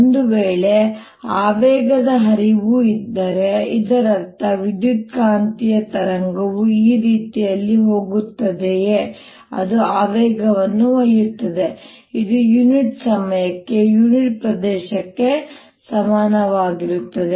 ಒಂದು ವೇಳೆ ಆವೇಗದ ಹರಿವು ಇದ್ದರೆ ಇದರರ್ಥ ವಿದ್ಯುತ್ಕಾಂತೀಯ ತರಂಗವು ಈ ರೀತಿಯಲ್ಲಿ ಹೋಗುತ್ತದೆಯೇ ಅದು ಆವೇಗವನ್ನು ಒಯ್ಯುತ್ತದೆ ಇದು ಯುನಿಟ್ ಸಮಯಕ್ಕೆ ಯುನಿಟ್ ಪ್ರದೇಶಕ್ಕೆ ಸಮಾನವಾಗಿರುತ್ತದೆ